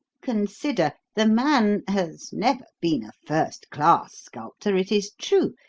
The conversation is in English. consider the man has never been a first-class sculptor, it is true,